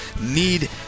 need